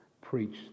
Preach